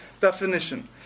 definition